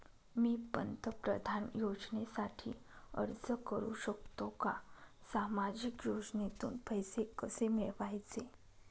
मी पंतप्रधान योजनेसाठी अर्ज करु शकतो का? सामाजिक योजनेतून पैसे कसे मिळवायचे